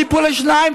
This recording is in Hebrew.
טיפולי שיניים,